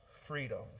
freedom